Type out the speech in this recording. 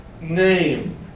name